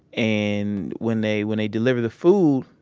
and when they, when they delivered the food,